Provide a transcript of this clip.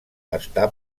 està